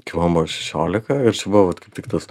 kai man buvo šešiolika ir čia buvo vat kaip tik tas